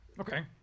Okay